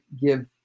give